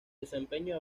desempeño